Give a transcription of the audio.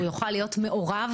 והוא יוכל להיות מעורב.